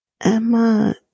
Emma